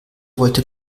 wollte